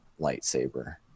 lightsaber